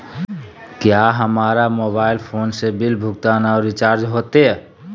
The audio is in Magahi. क्या हमारा मोबाइल फोन से बिल भुगतान और रिचार्ज होते?